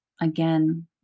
again